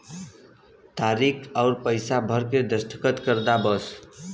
तारीक अउर पइसा भर के दस्खत कर दा बस